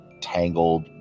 tangled